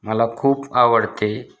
मला खूप आवडते